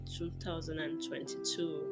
2022